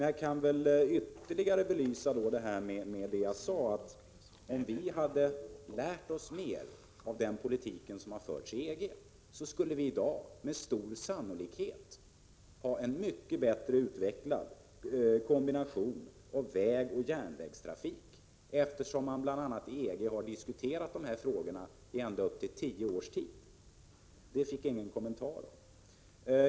Jag kan väl ytterligare belysa det hela genom att säga att om vi hade lärt oss mer av den politik som fördes i EG skulle vi i dag med stor sannolikhet ha en mycket bättre utvecklad kombination av vägoch järnvägstrafik, eftersom man i EG bl.a. har diskuterat dessa frågor i ända upp till tio års tid. Detta fick jag ingen kommentar till.